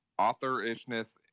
authorishness